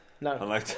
No